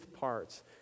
parts